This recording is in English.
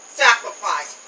sacrifice